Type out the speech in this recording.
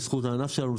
לזכות הענף שלנו,